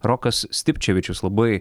rokas stipčevičius labai